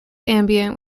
ambient